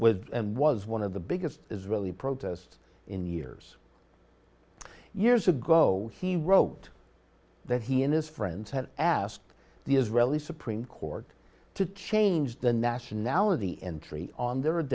was and was one of the biggest israeli protest in years years ago he wrote that he and his friends had asked the israeli supreme court to change the nationality entry on